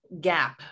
gap